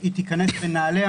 היא תיכנס בנעליה